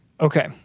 Okay